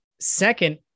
second